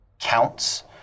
counts